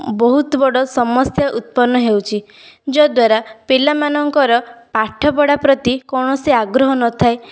ବହୁତ ବଡ଼ ସମସ୍ଯା ଉତ୍ପନ ହେଉଛି ଯଦ୍ବାରା ପିଲାମାନଙ୍କର ପାଠ ପଢ଼ାପ୍ରତି କୌଣସି ଆଗ୍ରହ ନଥାଏ